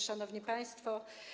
Szanowni Państwo!